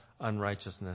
unrighteousness